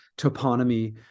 toponymy